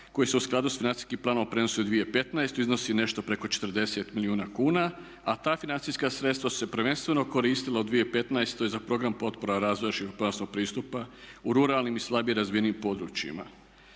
koji se u skladu sa financijskim planom prenose u 2015. iznosi nešto preko 40 milijuna kuna, a ta financijska sredstva su se prvenstveno koristila u 2015. za program potpora razvoja širokopojasnog pristupa u ruralnim i slabije razvijenim područjima.